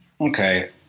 Okay